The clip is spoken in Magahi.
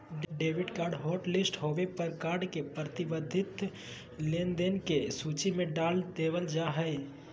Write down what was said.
डेबिट कार्ड हॉटलिस्ट होबे पर कार्ड के प्रतिबंधित लेनदेन के सूची में डाल देबल जा हय